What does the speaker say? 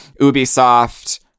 Ubisoft